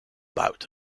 bout